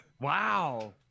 Wow